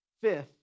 fifth